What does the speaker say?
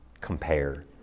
compare